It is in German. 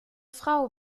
frau